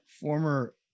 former